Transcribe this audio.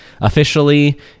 officially